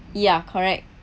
ya correct